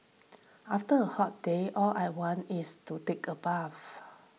after a hot day all I want is to take a bath